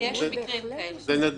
יש מקרים כאלה.